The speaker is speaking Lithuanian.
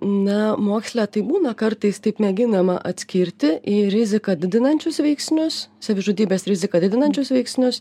na moksle tai būna kartais taip mėginama atskirti į riziką didinančius veiksnius savižudybės riziką didinančius veiksnius